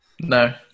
No